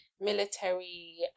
military